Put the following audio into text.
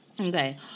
Okay